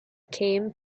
came